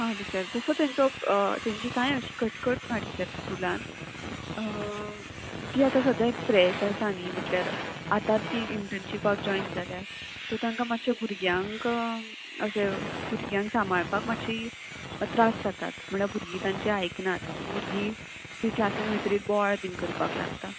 आं टिचर जसो तेंचो तेंची कांय अशी कटकट ना टिचर स्कुलान ती आतां सद्द्या एक फ्रेश आसा न्ही म्हटल्यार आतात ती इंटनशिपाक जॉयन जाल्यार सो तांकां मातशें भुरग्यांक अशें भुरग्यांक सांबाळपाक मातशी त्रास जातात म्हळ्यार भुरगीं तांची आयकनात भुरगीं ती क्लासीन वयतरी बोवाळ बीन करपाक लागता